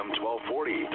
1240